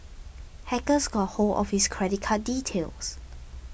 hackers got hold of his credit card details